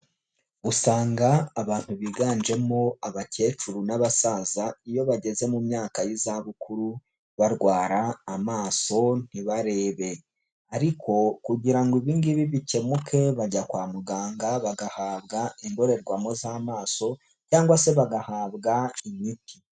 Asanga abantu biganjemo abakecuru n'abasaza, iyo bageze mu myaka y'izabukuru, barwara amaso ntibarebe, ariko kugira ngo ibi ingibi bikemuke, bajya kwa muganga bagahabwa indorerwamo z'amaso cyangwa se bagahabwa imiti.